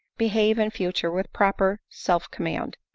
be have in future with proper self-command.